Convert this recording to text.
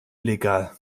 illegal